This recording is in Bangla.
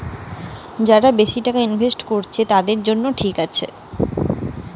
যারা বেশি টাকা ইনভেস্ট করতিছে, তাদের লিগে ঠিক আছে